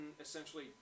essentially